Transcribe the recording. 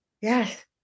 yes